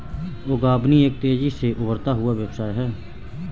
बागवानी एक तेज़ी से उभरता हुआ व्यवसाय है